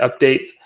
updates